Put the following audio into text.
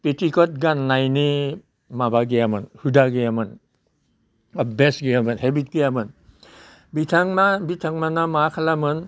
petticoat गाननायनि माबा गैयामोन हुदा गैयामोन अयभास गैयाोन हेबिट गैयामोन बिथांमोनहा मा खालामोमोन